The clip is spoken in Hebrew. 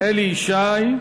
אלי ישי,